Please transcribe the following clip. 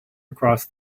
across